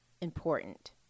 important